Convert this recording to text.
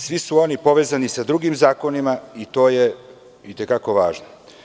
Svi su oni povezani sa drugim zakonima i to je i te kako važno.